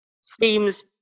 seems